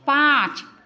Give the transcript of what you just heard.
पाँच